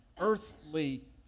earthly